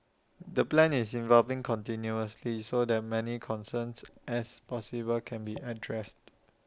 the plan is evolving continuously so that many concerns as possible can be addressed